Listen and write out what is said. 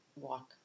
walk